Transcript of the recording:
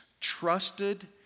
trusted